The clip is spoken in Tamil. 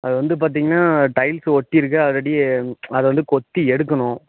அது வந்து பார்த்தீங்கன்னா டைல்ஸ் ஒட்டியிருக்கு ஆல்ரெடி அதை வந்து கொத்தி எடுக்கணும்